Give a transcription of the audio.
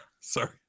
Sorry